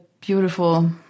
beautiful